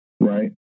right